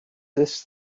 this